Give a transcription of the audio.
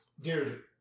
dude